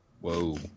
Whoa